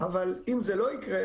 אבל אם זה לא יקרה,